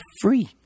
free